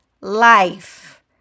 life